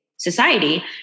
society